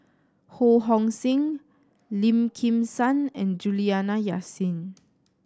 Ho Hong Sing Lim Kim San and Juliana Yasin